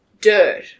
dirt